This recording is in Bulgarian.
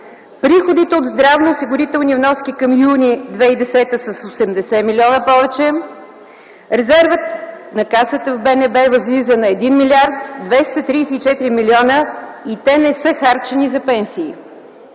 приходите от здравноосигурителни вноски към м. юни 2010 г. са с 80 млн. лв. повече, резервът на Касата в БНБ възлиза на 1 млрд. 234 млн. лв. и те не са харчени за пенсии.